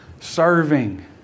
serving